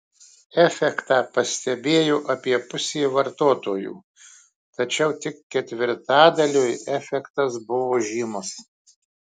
efektą pastebėjo apie pusė vartotojų tačiau tik ketvirtadaliui efektas buvo žymus